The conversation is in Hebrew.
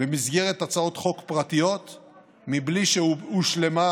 במסגרת הצעות חוק פרטיות בלי שהושלמה